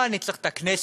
מה אני צריך את הכנסת?